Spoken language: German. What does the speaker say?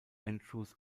andrews